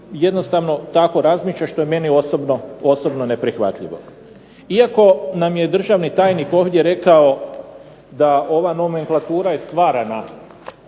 jednostavno tako razmišlja što je meni osobno neprihvatljivo. Iako nam je državni tajnik ovdje rekao da ova nomenklatura je stvarana